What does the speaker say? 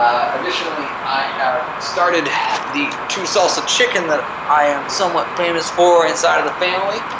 additionally i have started the two salsa chicken that i am somewhat famous for inside of the family.